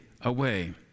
away